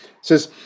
says